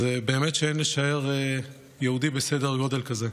אז באמת שאין לשער יהודי בסדר גודל כזה.